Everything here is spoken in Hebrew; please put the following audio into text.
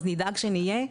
אז נדאג שנהיה.